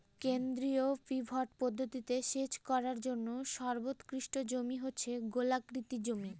কেন্দ্রীয় পিভট পদ্ধতিতে সেচ করার জন্য সর্বোৎকৃষ্ট জমি হচ্ছে গোলাকৃতি জমি